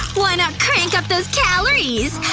why not crank up those calories?